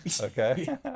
Okay